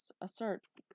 asserts